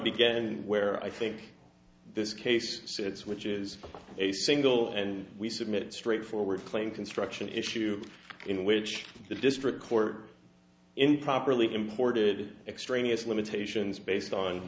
begin where i think this case sits which is a single and we submit straightforward claim construction issue in which the district court improperly imported extraneous limitations based on